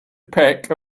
peck